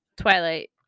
twilight